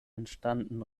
entstanden